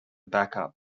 backup